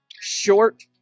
Short